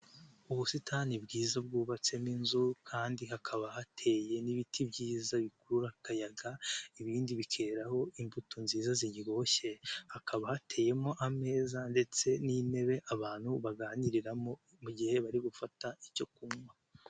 Ubusitani bwiza bwubatsemo inzu kandi hakaba hateye n'ibiti byiza bikurura akayaga, ibindi bikeraho imbuto nziza zikiryoshye hakaba hateyemo ameza ndetse n'intebe abantu baganiriramo mu gihe bari gufata icyo kunywa.